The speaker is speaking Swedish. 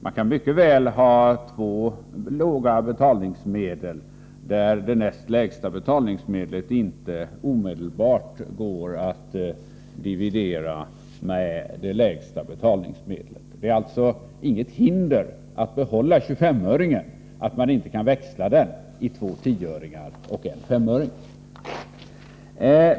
Man kan mycket väl ha två betalningsmedel med låga valörer av vilka den näst lägsta inte omedelbart går att dividera med den lägsta. Det är alltså inget hinder för att behålla 25-öringen att man inte kan växla den i två 10-öringar och en S-öring.